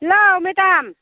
hello madam